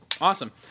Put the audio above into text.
awesome